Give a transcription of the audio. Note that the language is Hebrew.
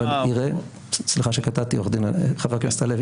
סליחה שקטעתי, חבר הכנסת הלוי.